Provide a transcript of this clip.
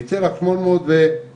ייצא לך שמונה מאות ושתיים.